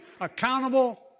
accountable